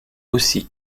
aussi